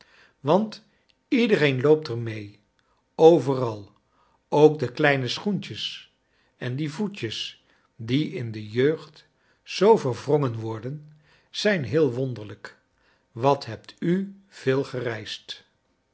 want iedereen loopt er mee overal ook de kleine schoentjes en die voetjes die in de jeugd zoo verwrongen worden zijn heel wonderlijk wat hebt u veel gereisd